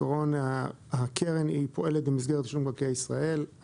הקרן פועלת במסגרת רשות מקרקעי ישראל.